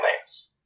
names